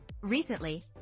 Recently